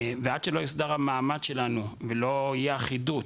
עד שלא יוסדר המעמד שלנו ולא תהיה אחידות,